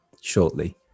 shortly